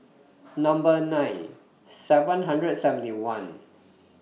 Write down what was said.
Number nine seven hundred and seventy one